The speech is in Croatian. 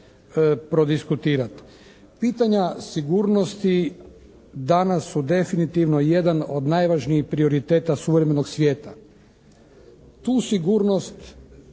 Pitanja sigurnosti danas su definitivno jedan od najvažnijih prioriteta suvremenog svijeta. Tu sigurnost